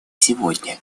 сегодня